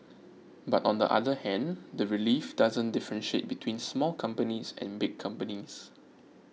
but on the other hand the relief doesn't differentiate between small companies and big companies